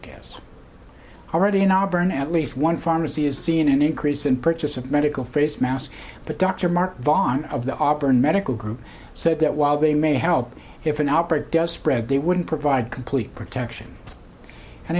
guess already in auburn at least one pharmacy is seeing an increase in purchase of medical facemask but dr mark vaughn of the auburn medical group said that while they may help if an operator does spread they wouldn't provide complete protection and